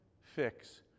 fix